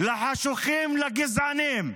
לחשוכים ולגזענים,